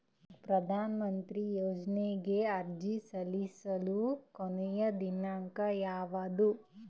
ಪ್ರಧಾನ ಮಂತ್ರಿ ಯೋಜನೆಗೆ ಅರ್ಜಿ ಸಲ್ಲಿಸಲು ಕೊನೆಯ ದಿನಾಂಕ ಯಾವದು?